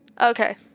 okay